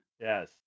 Yes